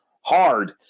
hard